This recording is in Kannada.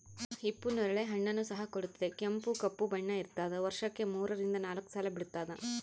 ಹಿಪ್ಪು ನೇರಳೆ ಹಣ್ಣನ್ನು ಸಹ ಕೊಡುತ್ತದೆ ಕೆಂಪು ಕಪ್ಪು ಬಣ್ಣ ಇರ್ತಾದ ವರ್ಷಕ್ಕೆ ಮೂರರಿಂದ ನಾಲ್ಕು ಸಲ ಬಿಡ್ತಾದ